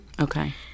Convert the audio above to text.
Okay